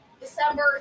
December